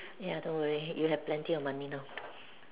ya don't worry you have plenty of money now